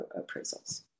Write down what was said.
appraisals